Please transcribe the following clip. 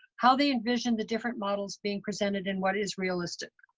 how they envisioned the different models being presented, and what is realistic.